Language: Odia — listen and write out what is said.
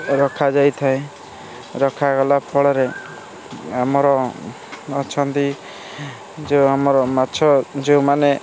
ରଖା ଯାଇଥାଏ ରଖାଗଲା ଫଳରେ ଆମର ଅଛନ୍ତି ଯେଉଁ ଆମର ମାଛ ଯେଉଁମାନେ